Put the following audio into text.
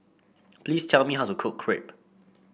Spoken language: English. please tell me how to cook Crepe